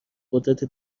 قدرت